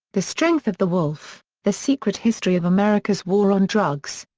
the strength of the wolf the secret history of america's war on drugs.